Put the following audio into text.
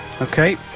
Okay